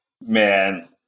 Man